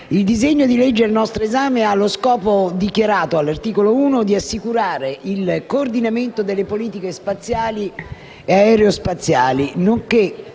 Il disegno di legge al nostro esame ha lo scopo dichiarato, all'articolo 1, di assicurare il coordinamento delle politiche spaziali e aerospaziali, nonché